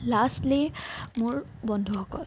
lastly মোৰ বন্ধুসকল